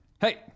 Hey